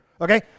okay